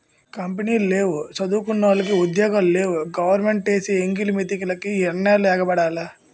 కంపినీలు లేవు సదువుకున్నోలికి ఉద్యోగాలు లేవు గవరమెంటేసే ఎంగిలి మెతుకులికి ఎన్నాల్లు ఎగబడాల